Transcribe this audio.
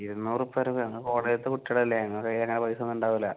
ഇരുന്നൂറ് റുപ്പായ തന്നെ വേണോ കോളജിലത്തെ കുട്ടികളല്ലേ ഞങ്ങളുടെ കൈ അങ്ങനെ പൈസയൊന്നും ഉണ്ടാവുകേല